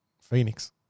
Phoenix